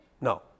No